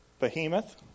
Behemoth